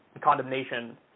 condemnation